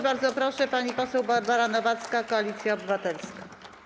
Bardzo proszę, pani poseł Barbara Nowacka, Koalicja Obywatelska.